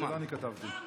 לא אני כתבתי את זה.